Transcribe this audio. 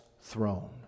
throne